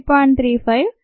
35 0